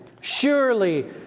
Surely